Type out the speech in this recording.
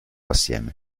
assieme